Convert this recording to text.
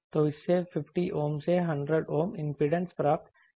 तो इससे 50 Ohm से 100 Ohm इंपीडेंस प्राप्त की जा सकती है